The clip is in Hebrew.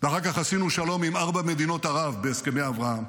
ואחר כך עשינו שלום עם ארבע מדינות ערב בהסכמי אברהם.